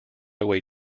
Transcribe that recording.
away